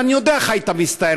ואני יודע איך היית מסתער,